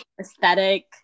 aesthetic